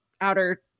outer